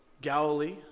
Galilee